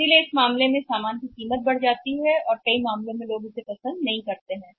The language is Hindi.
तो उसमें क्या होता है यदि सामान की कीमत बढ़ती है और कई मामलों में लोग इसे पसंद नहीं कर सकते हैं